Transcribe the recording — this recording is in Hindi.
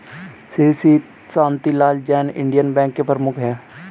श्री शांतिलाल जैन इंडियन बैंक के प्रमुख है